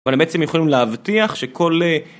אבל הם בעצם יכולים להבטיח שכל...